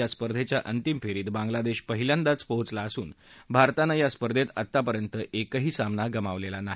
या स्पर्धेच्या अंतिमफेरीत बांगला देश हा पहिल्यांदाच पोहोचला असून भारतानं या स्पर्धेत आतापर्यंत आपलाएकही सामना गमावलेला नाही